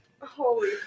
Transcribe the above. Holy